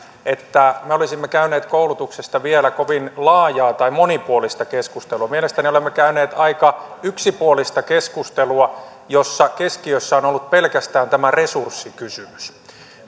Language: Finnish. että me olisimme käyneet koulutuksesta vielä kovin laajaa tai monipuolista keskustelua mielestäni olemme käyneet aika yksipuolista keskustelua jossa keskiössä on ollut pelkästään tämä resurssikysymys